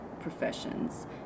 professions